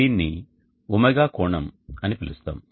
దీనిని "ఒమేగా కోణం"ω అని పిలుస్తాం